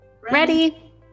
Ready